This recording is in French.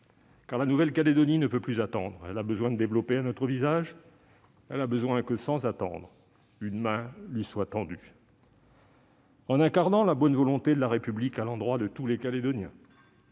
car la Nouvelle-Calédonie ne peut plus attendre. Elle a besoin de développer un autre visage. Elle a besoin que, sans attendre, une main lui soit tendue. En incarnant la bonne volonté de la République à l'endroit de tous les Calédoniens,